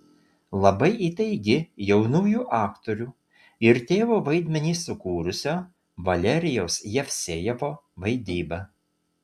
labai įtaigi jaunųjų aktorių ir tėvo vaidmenį sukūrusio valerijaus jevsejevo vaidyba